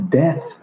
death